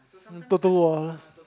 photo wall